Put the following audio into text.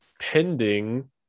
pending